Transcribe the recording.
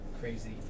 crazy